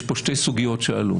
יש פה שתי סוגיות שעלו,